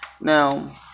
Now